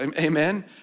amen